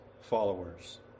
followers